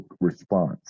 response